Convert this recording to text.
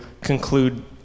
conclude